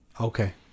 okay